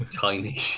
tiny